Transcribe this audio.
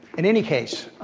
in any case,